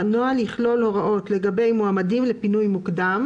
הנוהל יכלול הוראות לגבי מועמדים לפינוי מוקדם;